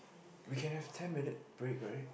we can have ten minute break right